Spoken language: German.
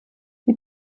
die